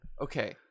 Okay